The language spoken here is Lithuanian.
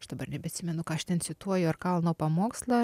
aš dabar nebeatsimenu ką aš ten cituoju ar kalno pamokslą